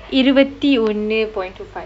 இருபத்தி ஒன்னு:irupatthi onnu point two five